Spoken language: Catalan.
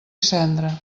cendra